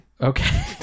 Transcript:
Okay